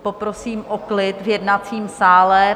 Poprosím o klid v jednacím sále.